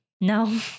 No